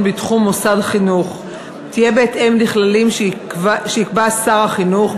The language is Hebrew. בתחום מוסד חינוך יהיו בהתאם לכללים שיקבע שר החינוך,